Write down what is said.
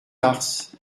mars